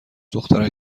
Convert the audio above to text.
دخترش